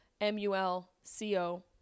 M-U-L-C-O